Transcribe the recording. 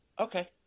Okay